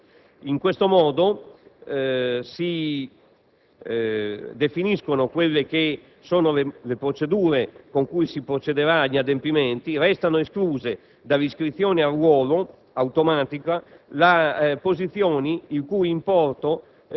In questo modo si definiscono e procedure con cui si procederà agli adempimenti. Restano escluse dall'iscrizione al ruolo automatica le posizioni il cui importo